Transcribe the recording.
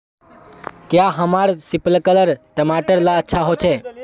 क्याँ हमार सिपकलर टमाटर ला अच्छा होछै?